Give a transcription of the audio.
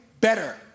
better